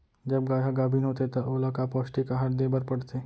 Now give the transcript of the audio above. जब गाय ह गाभिन होथे त ओला का पौष्टिक आहार दे बर पढ़थे?